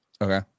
Okay